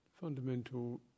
Fundamental